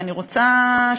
אני רוצה שאתה,